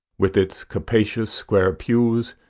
with its capacious square pews,